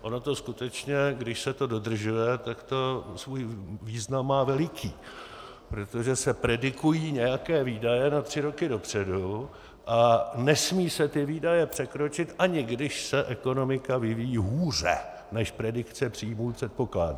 Ono to skutečně, když se to dodržuje, tak to svůj význam má veliký, protože se predikují nějaké výdaje na tři roky dopředu a nesmí se ty výdaje překročit, ani když se ekonomika vyvíjí hůře, než predikce příjmů předpokládá.